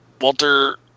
Walter